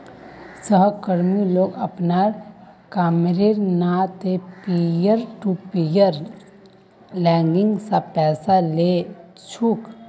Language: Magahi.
सहकर्मी लोग अपनार कामेर त न पीयर टू पीयर लेंडिंग स पैसा ली छेक